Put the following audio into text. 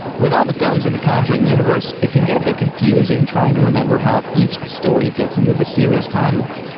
with all of the films in the conjuring universe, it can get a bit confusing trying to remember how each story fits into the series' timeline.